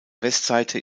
westseite